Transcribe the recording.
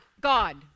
God